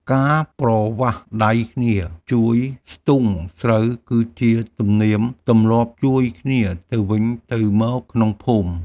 ការប្រវាស់ដៃគ្នាជួយស្ទូងស្រូវ គឺជាទំនៀមទម្លាប់ជួយគ្នាទៅវិញទៅមកក្នុងភូមិ។